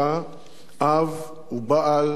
אב ובעל וסב לנכדים.